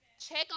Check